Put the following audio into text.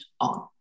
on